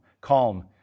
Calm